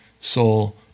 soul